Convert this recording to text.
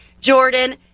Jordan